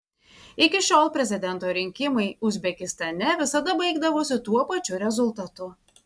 iki šiol prezidento rinkimai uzbekistane visada baigdavosi tuo pačiu rezultatu